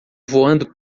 voando